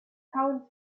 county